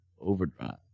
overdrive